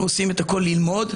אנחנו עושים את הכל כדי ללמוד,